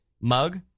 mug